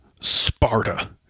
sparta